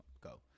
go